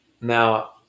now